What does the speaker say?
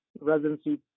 residency